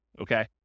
okay